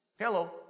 Hello